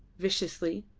viciously.